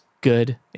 good